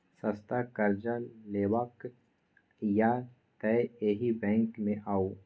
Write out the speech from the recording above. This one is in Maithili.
सस्ता करजा लेबाक यै तए एहि बैंक मे आउ